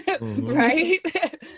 right